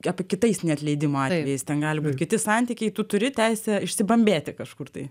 apie kitais neatleidimo atvejais ten gali būt kiti santykiai tu turi teisę išsibambėti kažkur tai